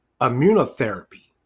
immunotherapy